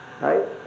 Right